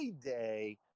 Day